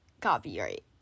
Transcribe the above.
copyright